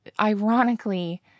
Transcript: ironically